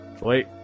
wait